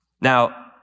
Now